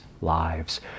lives